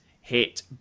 hit